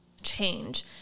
Change